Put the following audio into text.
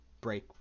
break